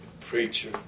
Preacher